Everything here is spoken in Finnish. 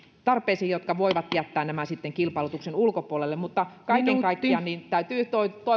jotka voivat jättää nämä kilpailutuksen ulkopuolelle mutta kaiken kaikkiaan täytyy